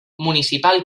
municipal